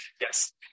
Yes